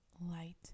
light